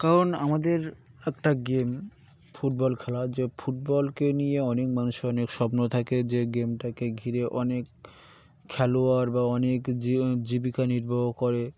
কারণ আমাদের একটা গেম ফুটবল খেলা যে ফুটবলকে নিয়ে অনেক মানুষের অনেক স্বপ্ন থাকে যে গেমটাকে ঘিরে অনেক খেলোয়াড় বা অনেক জ জীবিকা নির্বাহ করে